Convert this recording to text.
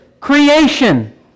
Creation